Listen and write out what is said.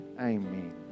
Amen